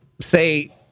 say